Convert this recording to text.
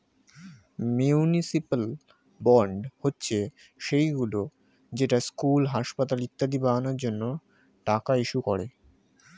municipal bond হচ্ছে সেইগুলো যেটা স্কুল, হাসপাতাল ইত্যাদি বানানোর জন্য টাকা ইস্যু করে